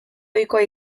ohikoa